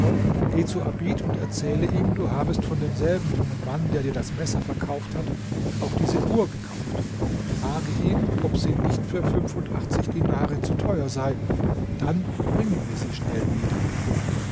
geh zu abid und erzähle ihm du habest von demselben jungen mann der dir das messer verkauft hat auch diese uhr gekauft und frage ihn ob sie nicht für fünfundachtzig dinare zu teuer sei dann bringe mir sie schnell wieder